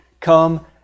come